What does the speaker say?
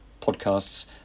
podcasts